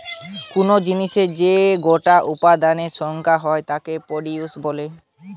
কুনো জিনিসের যে গোটা উৎপাদনের সংখ্যা হয় তাকে প্রডিউস বলে